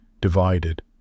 divided